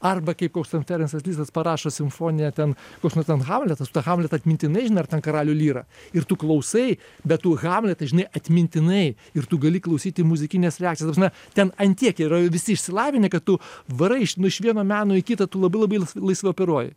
arba kaip koks ten ferensas listas parašo simfoniją ten koks nors ten hamletas tu tą hamletą atmintinai žinai ar ten karalių lyrą ir tu klausai bet tu hamletą žinai atmintinai ir tu gali klausyti muzikinės reakcijos ta prasme ten an kiek yra visi išsilavinę kad tu varai iš nu iš vieno meno į kitą tu labai labai laisvai operuoji